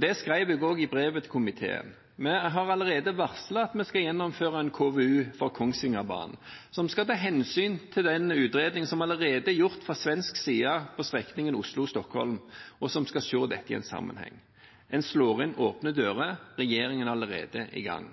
Det skrev jeg også i brevet til komiteen. Vi har allerede varslet at vi skal gjennomføre en KVU for Kongsvingerbanen, som skal ta hensyn til den utredningen som allerede er gjort fra svensk side for strekningen Oslo–Stockholm, og som skal se dette i sammenheng. En slår inn åpne dører – regjeringen er allerede i gang.